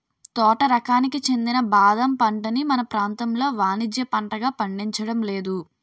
తోట రకానికి చెందిన బాదం పంటని మన ప్రాంతంలో వానిజ్య పంటగా పండించడం లేదు